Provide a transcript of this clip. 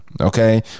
Okay